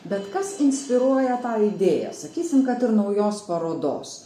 bet kas inspiruoja tą idėją sakysim kad ir naujos parodos